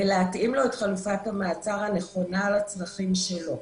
ולהתאים לו את חלופת המעצר הנכונה לצרכים שלו.